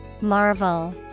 Marvel